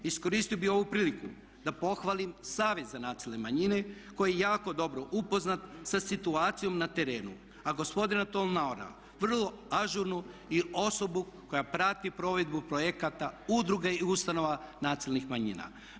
Iskoristio bi ovu priliku da pohvalim Savjet za nacionalne manjine koji je jako dobro upoznat sa situacijom na terenu, a gospodina … vrlo ažurno i osobnu koja prati provedbu projekata, udruga i ustanova nacionalnih manjina.